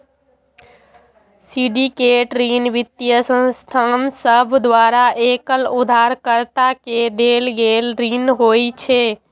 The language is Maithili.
सिंडिकेट ऋण वित्तीय संस्थान सभ द्वारा एकल उधारकर्ता के देल गेल ऋण होइ छै